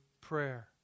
prayer